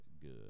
good